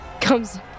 comes